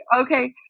okay